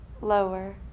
Lower